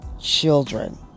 children